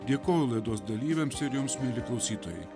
dėkoju laidos dalyviams ir jums mieli klausytojai